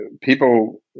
People